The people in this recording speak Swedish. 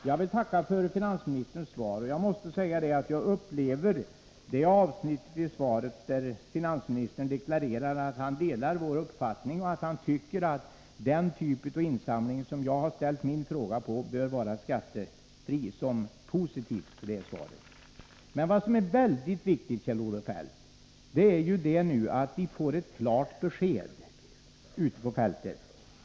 Jag tackar för finansministerns svar och måste säga att jag upplever som något positivt det avsnitt i svaret där finansministern framhåller att han delar vår uppfattning och där han säger att den typ av insamling som frågan gäller bör vara skattefri. Det är emellertid mycket viktigt, Kjell-Olof Feldt, att vi får ett klart besked ute på fältet.